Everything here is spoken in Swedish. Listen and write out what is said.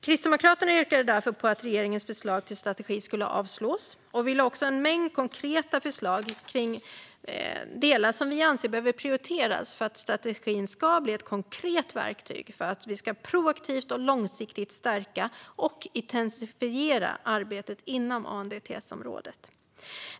Kristdemokraterna yrkade därför på att regeringens förslag till strategi skulle avslås. Vi lade också fram en mängd konkreta förslag om delar som vi anser behöver prioriteras för att strategin ska bli ett konkret verktyg för att proaktivt och långsiktigt stärka och intensifiera arbetet inom ANDTS-området.